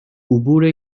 عبور